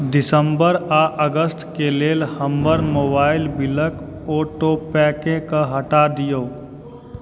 दिसम्बर आ अगस्त के लेल हमर मोबाइल बिलक ओ टी पी केँ हटा दियौ